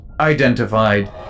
identified